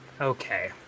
Okay